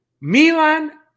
Milan